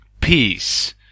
peace